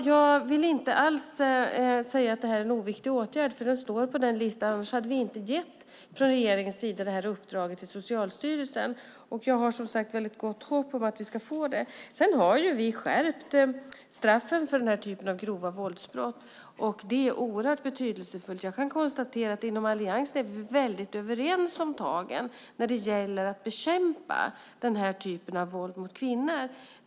Jag vill inte alls säga att det här är en oviktig åtgärd. Den står på listan, annars hade inte regeringen gett det här uppdraget till Socialstyrelsen. Jag har väldigt gott hopp om att vi ska få ett förslag. Vi har skärpt straffen för den här typen av grova våldsbrott. Det är oerhört betydelsefullt. Jag kan konstatera att vi i Alliansen är väldigt överens om tagen när det gäller att bekämpa den här typen av våld mot kvinnor.